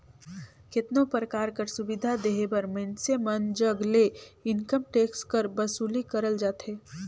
केतनो परकार कर सुबिधा देहे बर मइनसे मन जग ले इनकम टेक्स कर बसूली करल जाथे